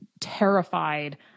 terrified